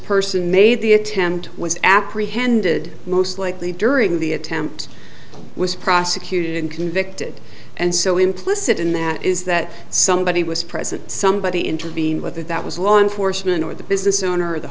person made the attempt was apprehended most likely during the attempt was prosecuted and convicted and so implicit in that is that somebody was present somebody intervened whether that was law enforcement or the business owner or the